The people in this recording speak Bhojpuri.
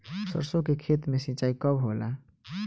सरसों के खेत मे सिंचाई कब होला?